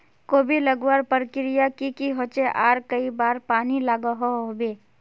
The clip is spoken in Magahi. कोबी लगवार प्रक्रिया की की होचे आर कई बार पानी लागोहो होबे?